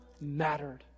mattered